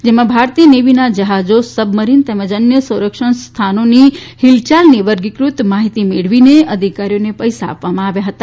જેમાં ભારતીય નેવીના જહાજો સબમરીન તેમજ અન્ય સંરક્ષણ સ્થાનોની હિલયાલની વર્ગીફત માહિતી મેળવીને અધિકારીઓને પૈસા આપવામાં આવ્યા હતા